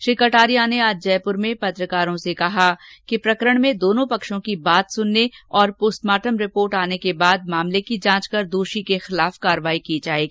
श्री कटारिया ने आज जयपुर में पत्रकारों से कहा कि प्रकरण में दोनों पक्षों की बात सुनने तथा पोस्टमार्टम रिपोर्ट आर्न के बाद मामले की जांच कर दोषी के खिलाफ कार्रवाई की जाएगी